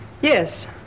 Yes